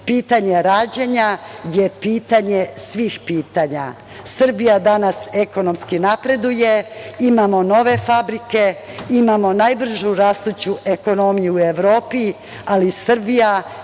Pitanje rađanja je pitanje svih pitanja. Srbija danas ekonomski napreduje. Imamo nove fabrike, imamo najbržu rastuću ekonomiju u Evropi, ali Srbija